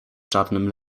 czarnym